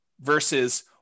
versus